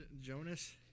Jonas